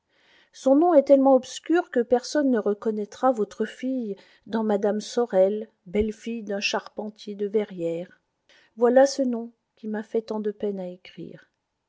son nom est tellement obscur que personne ne reconnaîtra votre fille dans mme sorel belle-fille d'un charpentier de verrières voilà ce nom qui m'a fait tant de peine à écrire